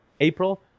April